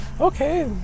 okay